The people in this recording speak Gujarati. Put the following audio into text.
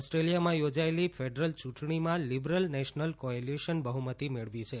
ઓસ્ટ્રેલિયામાં યોજાયેલી ફેડરલ ચ્રંટણીમાં લીબરલ નેશનલ કોએલીશન બહુમતી મેળવી છે